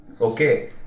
Okay